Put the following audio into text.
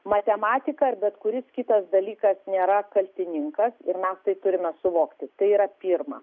matematika ar bet kuris kitas dalykas nėra kaltininkas ir mes tai turime suvokti tai yra pirma